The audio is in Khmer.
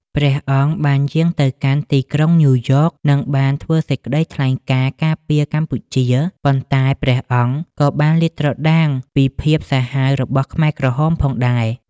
ព្រះអង្គបានយាងទៅកាន់ទីក្រុងញូវយ៉ក និងបានធ្វើសេចក្ដីថ្លែងការណ៍ការពារកម្ពុជា ប៉ុន្តែព្រះអង្គក៏បានលាតត្រដាងពីភាពសាហាវរបស់ខ្មែរក្រហមផងដែរ។